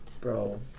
Bro